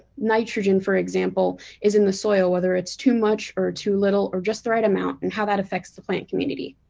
nitrogen for example is in the soil, whether it's too much or too little or just the right amount and how that affects the plant community.